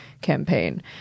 campaign